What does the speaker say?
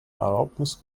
erlaubnis